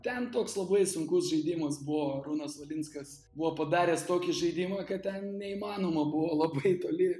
ten toks labai sunkus žaidimas buvo arūnas valinskas buvo padaręs tokį žaidimą kad ten neįmanoma buvo labai toli